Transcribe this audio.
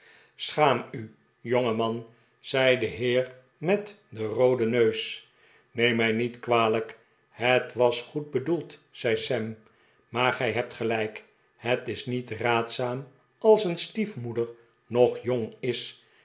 schaam u jongeman zei de heer met den rooden neus neem mij niet kwalijk het was goed bedoeld zei sam maar gij hebt gelijk het is niet raadzaam als een stiefmoeder nog jong is